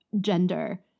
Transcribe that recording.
gender